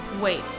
Wait